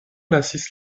lasis